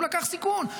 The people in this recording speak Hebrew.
הוא לקח סיכון.